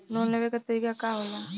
Loan लेवे क तरीकाका होला?